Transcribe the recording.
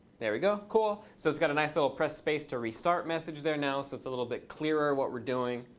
there we go. cool. so it's got a nice little press space to restart message there now. so it's a little bit clearer what we're doing.